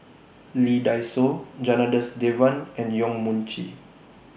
Lee Dai Soh Janadas Devan and Yong Mun Chee